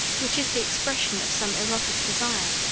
which is the expression of some erotic desire,